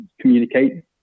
communicate